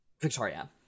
Victoria